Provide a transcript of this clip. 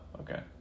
okay